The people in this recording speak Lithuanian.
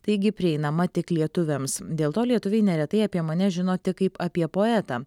taigi prieinama tik lietuviams dėl to lietuviai neretai apie mane žino tik kaip apie poetą